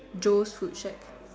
Joe's food shack